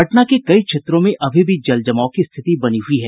पटना के कई क्षेत्रों में अभी भी जलजमाव की स्थिति बनी हुयी है